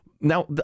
Now